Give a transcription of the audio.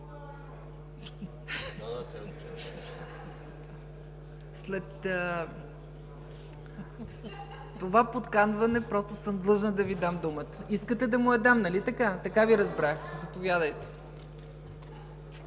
След това подканване просто съм длъжна да Ви дам думата. Искате да му я дам, нали така? Така Ви разбрах. (Реплики от